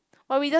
but we just